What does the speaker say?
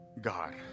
God